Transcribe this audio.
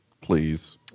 please